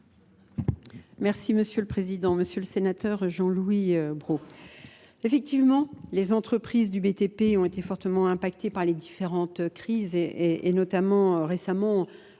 Merci Monsieur le Président. Monsieur le Sénateur Jean-Louis Brault. Effectivement les entreprises du BTP ont été fortement impactées par les différentes crises et notamment récemment